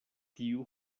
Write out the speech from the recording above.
tiu